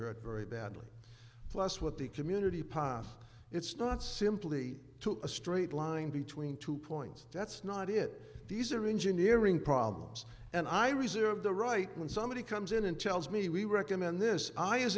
hurt very badly plus what the community passed it's not simply to a straight line between two points that's not it these are engineering problems and i reserve the right when somebody comes in and tells me we recommend this i as